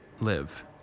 live